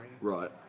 Right